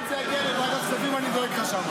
אם זה יגיע לוועדת הכספים, אני דואג לך שם.